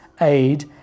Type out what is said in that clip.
aid